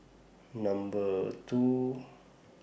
Number two